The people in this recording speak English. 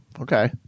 Okay